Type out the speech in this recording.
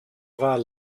war